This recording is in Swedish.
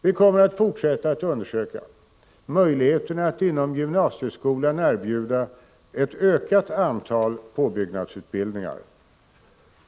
Vi kommer att fortsätta att undersöka möjligheterna att inom gymna sieskolan erbjuda ett ökat antal påbyggnadsutbildningar.